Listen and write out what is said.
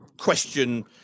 question